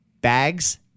bags